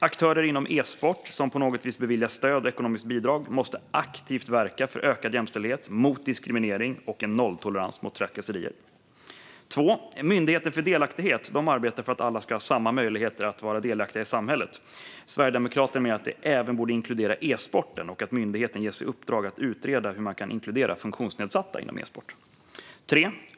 Aktörer inom e-sport som på något vis beviljas stöd och ekonomiskt bidrag måste aktivt verka för ökad jämställdhet, mot diskriminering och för en nolltolerans mot trakasserier. Myndigheten för delaktighet arbetar för att alla ska ha samma möjligheter att vara delaktiga i samhället. Sverigedemokraterna menar att det även borde inkludera e-sporten och att myndigheten ska ges i uppdrag att utreda hur man kan inkludera funktionsnedsatta inom e-sport.